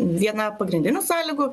viena pagrindinių sąlygų